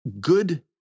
good